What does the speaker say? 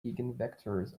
eigenvectors